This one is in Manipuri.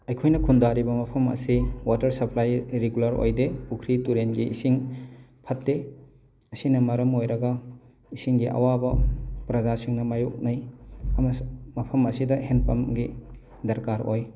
ꯑꯩꯈꯣꯏꯅ ꯈꯨꯟꯗꯥꯔꯤꯕ ꯃꯐꯝ ꯑꯁꯤ ꯋꯥꯇꯔ ꯁꯄ꯭ꯂꯥꯏ ꯔꯤꯒꯨꯂꯔ ꯑꯣꯏꯗꯦ ꯄꯨꯈ꯭ꯔꯤ ꯇꯨꯔꯦꯟꯒꯤ ꯏꯁꯤꯡ ꯐꯠꯇꯦ ꯑꯁꯤꯅ ꯃꯔꯝ ꯑꯣꯏꯔꯒ ꯏꯁꯤꯡꯒꯤ ꯑꯋꯥꯕ ꯄ꯭ꯔꯖꯥꯁꯤꯡꯅ ꯃꯥꯌꯣꯛꯅꯩ ꯃꯐꯝ ꯑꯁꯤꯗ ꯍꯦꯟꯄꯝꯒꯤ ꯗꯔꯀꯥꯔ ꯑꯣꯏ